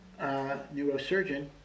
neurosurgeon